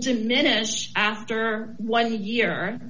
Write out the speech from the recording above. diminish after one year